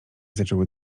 zaczęły